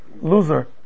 Loser